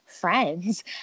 friends